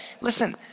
Listen